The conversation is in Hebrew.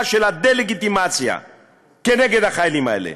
של הדה-לגיטימציה כנגד החיילים האלה,